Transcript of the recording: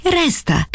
resta